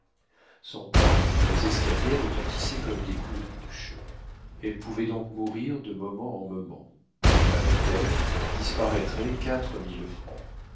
son pas dans l'escalier retentissait comme des coups de bûche elle pouvait donc mourir de moment en moment avec elle disparaîtraient quatre mille francs